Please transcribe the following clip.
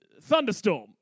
thunderstorm